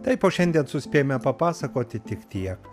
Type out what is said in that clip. taip o šiandien suspėjome papasakoti tik tiek